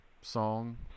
song